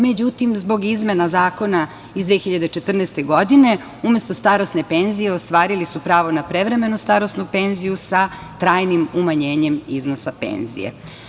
Međutim, zbog izmena zakona iz 2014. godine, umesto starosne penzije ostvarili su pravo na prevremenu starosnu penziju sa trajnim umanjenjem iznosa penzije.